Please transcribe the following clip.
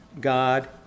god